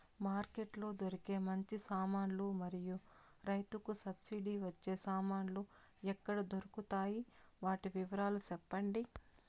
Market లో దొరికే మంచి సామాన్లు మరియు రైతుకు సబ్సిడి వచ్చే సామాన్లు ఎక్కడ దొరుకుతాయి? వాటి వివరాలు సెప్పండి?